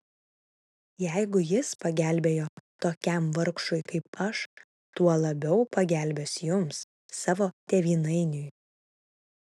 jeigu jis pagelbėjo tokiam vargšui kaip aš tuo labiau pagelbės jums savo tėvynainiui